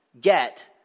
get